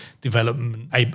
development